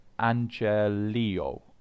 angelio